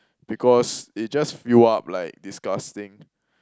because they just fill up like disgusting